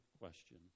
question